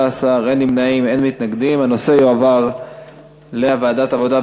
ההצעה להעביר את הנושא לוועדת העבודה,